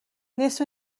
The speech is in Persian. نصف